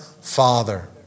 Father